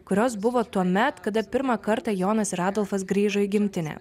kurios buvo tuomet kada pirmą kartą jonas ir adolfas grįžo į gimtinę